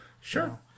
Sure